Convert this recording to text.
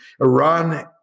Iran